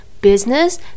business